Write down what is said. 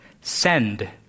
send